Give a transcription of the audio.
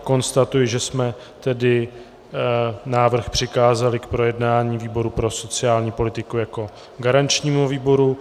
Konstatuji, že jsme tedy návrh přikázali k projednání výboru pro sociální politiku jako garančnímu výboru.